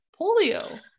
Polio